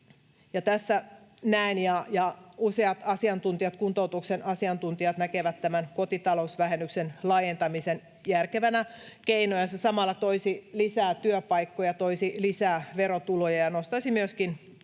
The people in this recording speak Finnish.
asiantuntijat, kuntoutuksen asiantuntijat, näkevät tämän kotitalousvähennyksen laajentamisen järkevänä keinoja. Se samalla toisi lisää työpaikkoja, toisi lisää verotuloja ja nostaisi myöskin